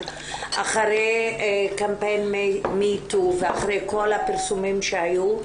אחרי קמפיין Me too ואחרי כל הפרסומים שהיו,